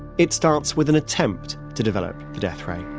it starts with an attempt to develop the death ray.